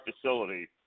facility